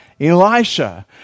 Elisha